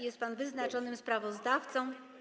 Jest pan wyznaczonym sprawozdawcą.